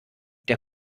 der